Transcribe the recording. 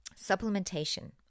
supplementation